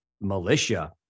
militia